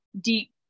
deep